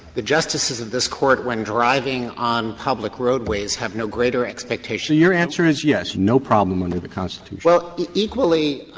the justices of this court, when driving on public roadways, have no greater expectation. your answer is yes, no problem under the constitution well, equally.